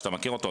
שאתה מכיר אותו,